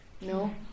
No